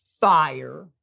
fire